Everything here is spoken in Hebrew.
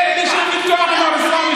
אין לי שום ויכוח עם הרשימה המשותפת.